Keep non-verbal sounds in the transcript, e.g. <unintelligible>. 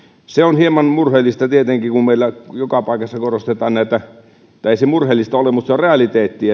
se on hieman murheellista tietenkin kun meillä joka paikassa korostetaan tai ei se murheellista ole mutta se on realiteetti <unintelligible>